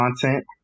content